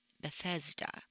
Bethesda